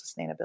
sustainability